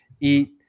eat